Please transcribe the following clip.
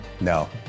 No